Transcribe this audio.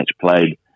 played